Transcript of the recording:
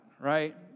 right